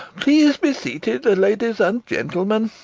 please be seated, ladies and gentlemen.